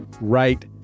right